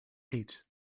eight